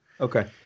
Okay